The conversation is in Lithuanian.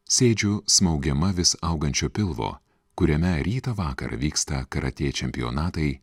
sėdžiu smaugiama vis augančio pilvo kuriame rytą vakarą vyksta karatė čempionatai